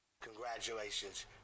Congratulations